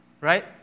Right